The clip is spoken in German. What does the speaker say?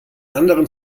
anderen